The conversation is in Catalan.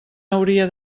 hauria